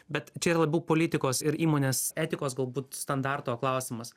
bet čia yra labiau politikos ir įmonės etikos galbūt standarto klausimas